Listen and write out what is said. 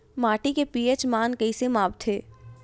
माटी के पी.एच मान कइसे मापथे?